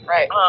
Right